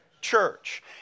church